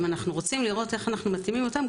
אם אנחנו רוצים לראות איך אנחנו מקימים אותם,